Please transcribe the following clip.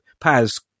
Paz